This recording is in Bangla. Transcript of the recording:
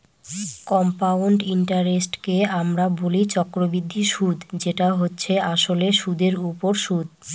কম্পাউন্ড ইন্টারেস্টকে আমরা বলি চক্রবৃদ্ধি সুদ যেটা হচ্ছে আসলে সুধের ওপর সুদ